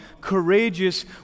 courageous